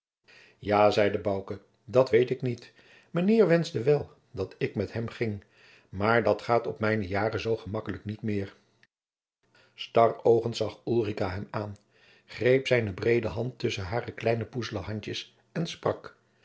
ja zeide bouke dat weet ik niet mijnheer wenschte wel dat ik met hem ging maar dat gaat op mijne jaren zoo gemakkelijk niet meer staroogend zag ulrica hem aan greep zijne breede hand tusschen hare kleine poezele handjens en sprak